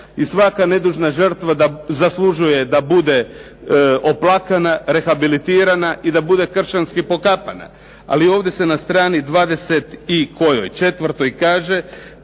i svaka nedužna žrtva zaslužuje da bude oplakana, rehabilitirana i da bude kršćanski pokapana, ali ovdje se na str. 24 kaže: